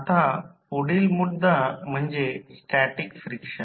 आता पुढील मुद्दा म्हणजे स्टॅटिक फ्रिक्शन